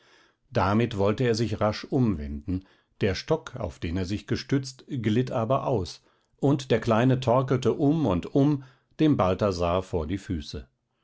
damit wollte er sich rasch umwenden der stock auf den er sich gestützt glitt aber aus und der kleine torkelte um und um dem balthasar vor die füße